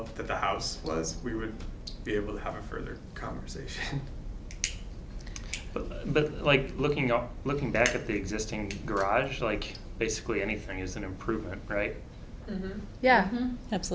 of the house but as we would be able to have a further conversation but like looking up looking back at the existing garage like basically anything is an improvement right yeah